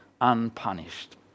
unpunished